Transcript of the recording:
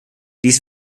dies